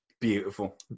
beautiful